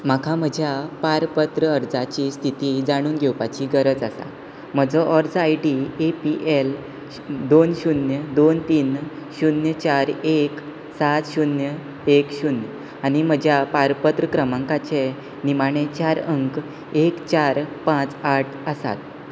म्हाका म्हज्या पारपत्र अर्जाची स्थिती जाणून घेवपाची गरज आसा म्हजो अर्ज I D A P L दोन शुन्य दोन तीन शुन्य चार एक सात शुन्य एक शुन्य आनी म्हज्या पारपत्र क्रमांकाचे निमाणे चार अंक एक चार पांच आठ आसात